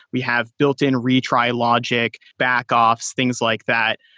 we have built-in retry logic, back-offs, things like that.